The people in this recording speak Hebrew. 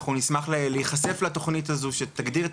אנחנו נשמח להיחשף לתוכנית הזו שתגדיר את